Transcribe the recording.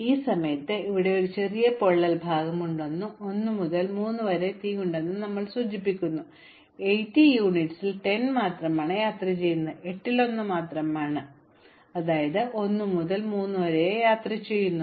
ഈ സമയത്ത് ഇവിടെ ഒരു ചെറിയ പൊള്ളൽ ഭാഗം ഉണ്ടെന്നും 1 മുതൽ 3 വരെ ഭാഗിക തീ ഉണ്ടെന്നും ഞങ്ങൾ സൂചിപ്പിച്ചു എന്നാൽ ഇത് 80 യൂണിറ്റുകളിൽ 10 എണ്ണം മാത്രമാണ് യാത്ര ചെയ്യുന്നത് എട്ടിലൊന്ന് മാത്രമാണ് 1 മുതൽ 3 വരെ യാത്ര ചെയ്തു